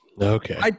Okay